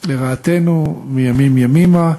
לרעתנו מימים ימימה.